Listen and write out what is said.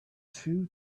two